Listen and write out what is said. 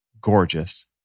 gorgeous